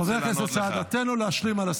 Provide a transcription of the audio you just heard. חבר הכנסת סעדה, תן לו להשלים.